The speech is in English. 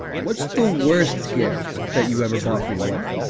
what's the worst gift that you ever bought for your wife?